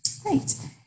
Great